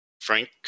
frank